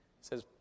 says